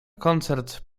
koncert